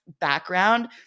background